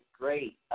great